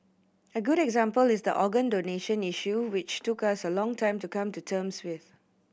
a good example is the organ donation issue which took us a long time to come to terms with